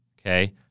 okay